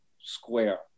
square